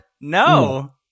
No